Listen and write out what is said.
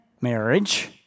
marriage